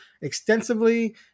extensively